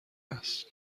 است